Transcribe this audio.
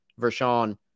Vershawn